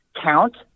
count